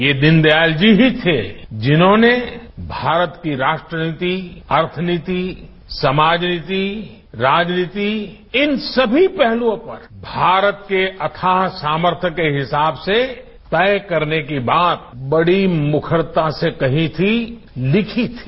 ये दीनदयाल जी ही थे जिन्होंने भारत की राष्ट्र नीति अर्थनीति समाजनीति राजनीति इन सभी पहल़ओं पर भारत के अथाह सामर्थ्य के हिसाब से तय करने की बात बड़ी मुखरता से कही थी लिखी थी